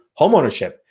homeownership